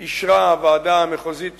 אישרה הוועדה המחוזית